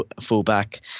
fullback